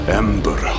ember